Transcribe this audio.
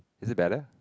is it better